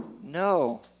No